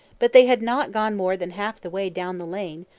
but they had not gone more than half the way down the lane,